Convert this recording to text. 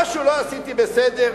משהו לא עשיתי בסדר?